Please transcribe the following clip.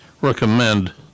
recommend